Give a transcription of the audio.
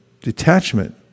detachment